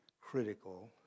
critical